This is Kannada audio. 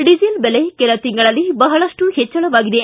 ಡಿಸೇಲ್ ಬೆಲೆ ಕೆಲ ತಿಂಗಳಲ್ಲಿ ಬಹಳಷ್ಟು ಹೆಚ್ಚಳವಾಗಿದೆ